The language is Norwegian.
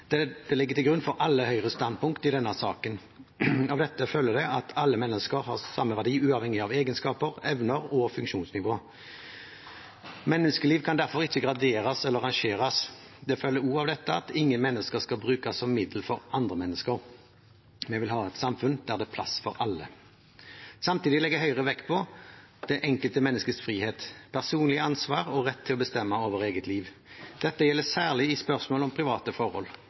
egenverdi. Dette ligger til grunn for alle Høyres standpunkt i denne saken. Av dette følger at alle mennesker har samme verdi, uavhengig av egenskaper, evner og funksjonsnivå. Menneskeliv kan derfor ikke graderes eller rangeres. Det følger også av dette at ingen mennesker skal brukes som middel for andre mennesker. Vi vil ha et samfunn der det er plass for alle. Samtidig legger Høyre vekt på det enkelte menneskets frihet, personlige ansvar og rett til å bestemme over eget liv. Dette gjelder særlig i spørsmål om private forhold.